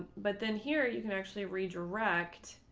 but then here you can actually redirect.